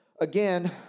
again